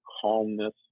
calmness